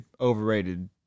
overrated